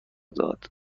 داد